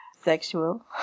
sexual